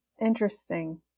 Interesting